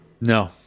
No